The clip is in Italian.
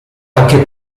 anche